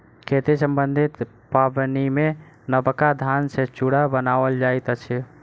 खेती सम्बन्धी पाबनिमे नबका धान सॅ चूड़ा बनाओल जाइत अछि